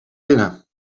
binnen